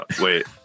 Wait